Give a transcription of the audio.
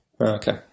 Okay